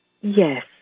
Yes